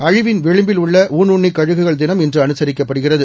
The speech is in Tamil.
அழிவின் விளிம்பில் உள்ள ஊன்உண்ணி கழுகுகள் தினம் இன்று அனுசரிக்கப்படுகிறது